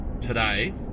today